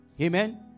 Amen